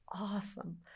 awesome